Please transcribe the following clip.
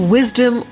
Wisdom